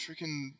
Freaking